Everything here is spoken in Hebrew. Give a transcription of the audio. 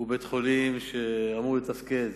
הוא בית-חולים שאמור לתפקד